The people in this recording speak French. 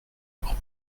leur